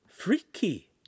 Freaky